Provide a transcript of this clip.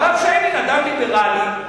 הרב שיינין אדם ליברלי,